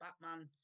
Batman